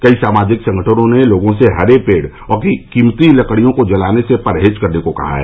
कई सामाजिक संगठनों ने लोगों से हरे पेड़ और कीमती लड़कियों को जलाने से परहेज करने को कहा है